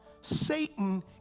Satan